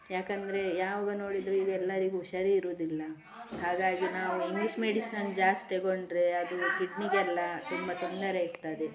ಯಾಕೆಂದ್ರೆ ಯಾವಾಗ ನೋಡಿದರು ಈಗ ಎಲ್ಲರಿಗೂ ಹುಷಾರೇ ಇರೋದಿಲ್ಲ ಹಾಗಾಗಿ ನಾವು ಇಂಗ್ಲೀಷ್ ಮೆಡಿಸನ್ ಜಾಸ್ತಿ ತಗೊಂಡರೆ ಅದು ಕಿಡ್ನಿಗೆಲ್ಲ ತುಂಬ ತೊಂದರೆ ಆಗ್ತದೆ